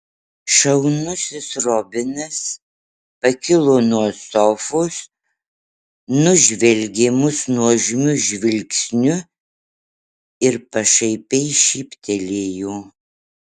šaunusis robinas pakilo nuo sofos nužvelgė mus nuožmiu žvilgsniu ir pašaipiai šyptelėjo